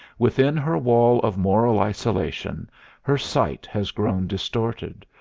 within her wall of moral isolation her sight has grown distorted,